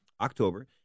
October